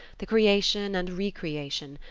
the creation and recreation,